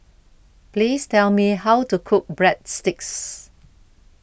Please Tell Me How to Cook Breadsticks